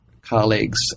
colleagues